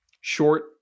short